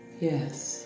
Yes